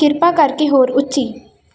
ਕਿਰਪਾ ਕਰਕੇ ਹੋਰ ਉੱਚੀ